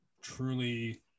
truly